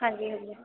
ਹਾਂਜੀ ਹਾਂਜੀ